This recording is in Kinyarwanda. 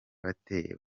bate